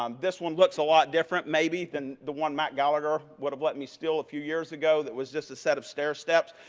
um this one looks a lot different maybe than the one matt gallagher would have let me steal a few years ago that was just a set of stair steps.